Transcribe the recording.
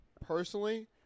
Personally